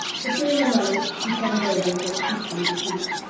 secure in the knowledge, he turned over and went peacefully to sleep.